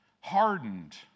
hardened